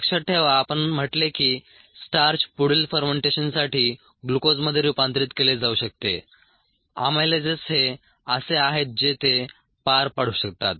लक्षात ठेवा आपण म्हटले की स्टार्च पुढील फर्मेंटेशनसाठी ग्लुकोजमध्ये रुपांतरीत केले जाऊ शकते अमायलेजेस हे असे आहेत जे ते पार पाडू शकतात